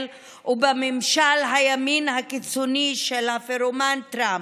ובממשל הימין הקיצוני של הפירומן טראמפ.